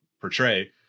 portray